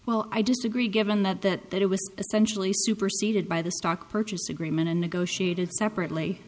well i disagree given that that that it was essentially superseded by the stock purchase agreement and negotiated separately